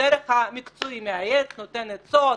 דרג המקצועי מייעץ, נותן עצות,